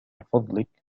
فضلك